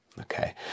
okay